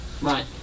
right